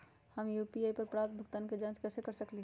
हम यू.पी.आई पर प्राप्त भुगतान के जाँच कैसे कर सकली ह?